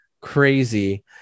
crazy